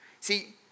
See